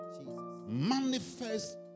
Manifest